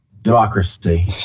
democracy